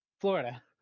Florida